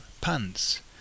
pants